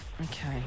Okay